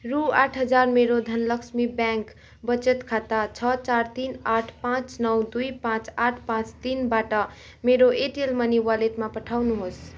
रु आठ हजार मेरो धनलक्ष्मी ब्याङ्क बचत खाता छ चार तिन आठ पाँच नौ दुई पाँच आठ पाँच तिनबाट मेरो एयरटेल मनी वालेटमा पठाउनुहोस्